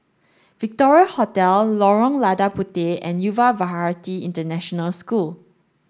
Victoria Hotel Lorong Lada Puteh and Yuva Bharati International School